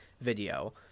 video